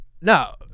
no